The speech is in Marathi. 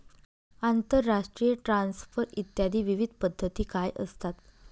आंतरराष्ट्रीय ट्रान्सफर इत्यादी विविध पद्धती काय असतात?